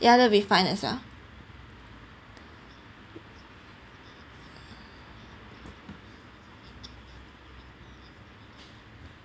the other be fine as well